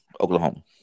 Oklahoma